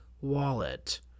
wallet